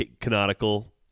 canonical